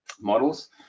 models